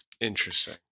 Interesting